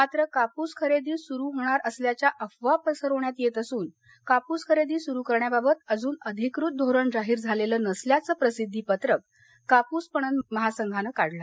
मात्र कापूस खरद्दी सुरू होणार असल्याच्या अफवा पसरवण्यात येत्त असून कापूस खरदी सुरु करण्याबाबत अजून अधिकृत धोरण जाहीर झालद्वीनसल्याचं प्रसिद्वी पत्रक कापूस पणन महासंघानं काल काढलं